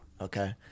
okay